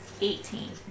Eighteen